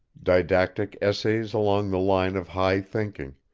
didactic essays along the line of high thinking